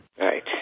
Right